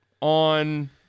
on